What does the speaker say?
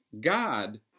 God